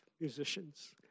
musicians